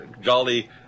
jolly